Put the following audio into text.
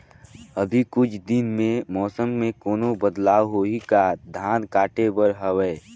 अभी कुछ दिन मे मौसम मे कोनो बदलाव होही का? धान काटे बर हवय?